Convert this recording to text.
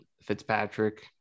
Fitzpatrick